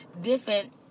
different